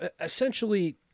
essentially